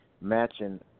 matching